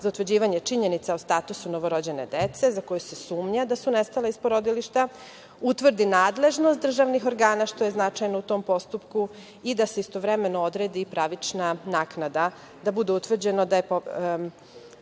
za utvrđivanje činjenica o statusu novorođene dece za koju se sumnja da su nestala iz porodilišta, utvrdi nadležnost državnih organa, što je značajno u tom postupku i da se istovremeno odredi pravična naknada, ako bude utvrđeno da je